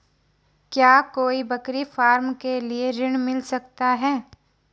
क्या कोई बकरी फार्म के लिए ऋण मिल सकता है?